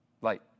light